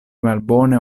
malbone